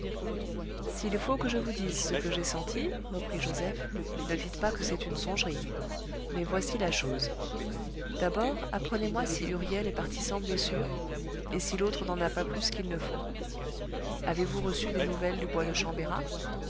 s'il faut que je vous dise ce que j'ai senti reprit joseph ne dites pas que c'est une songerie mais voici la chose d'abord apprenez-moi si huriel est parti sans blessure et si l'autre n'en a pas plus qu'il ne faut avez-vous reçu des nouvelles du bois de chambérat